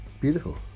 Beautiful